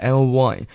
ly